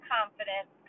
Confidence